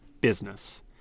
business